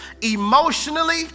emotionally